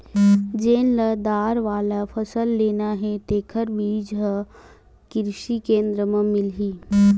जेन ल दार वाला फसल लेना हे तेखर बीजा ह किरसी केंद्र म मिलही